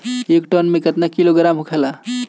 एक टन मे केतना किलोग्राम होखेला?